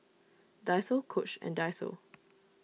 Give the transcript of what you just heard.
Daiso Coach and Daiso